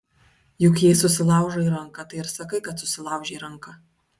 juk jei susilaužai ranką tai ir sakai kad susilaužei ranką